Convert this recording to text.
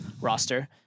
roster